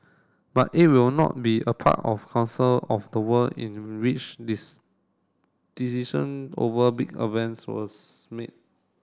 but it will not be a part of council of the world in which decision over big events are made